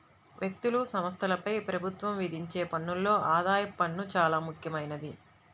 వ్యక్తులు, సంస్థలపై ప్రభుత్వం విధించే పన్నుల్లో ఆదాయపు పన్ను చానా ముఖ్యమైంది